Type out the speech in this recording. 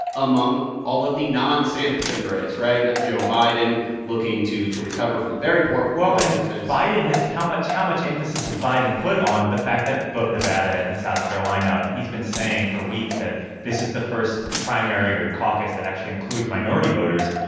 among all of the non-sanders in the race, right? joe biden looking to to recover from very poor performances well, and biden has how much how much emphasis has biden put on the fact that both nevada and south carolina he's been saying for weeks that this is the first primary or caucus that actually includes minority voters.